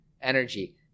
energy